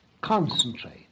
concentrate